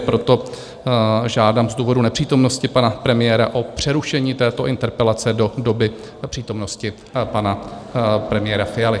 Proto žádám z důvodu nepřítomnosti pana premiéra o přerušení této interpelace do doby přítomnosti pana premiéra Fialy.